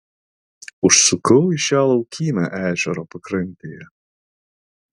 užsukau į šią laukymę ežero pakrantėje